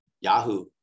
Yahoo